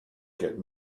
get